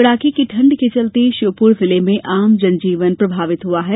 कड़ाके की ठंड के चलते श्योपुर जिले में आम जनजीवन प्रभावित हुआ है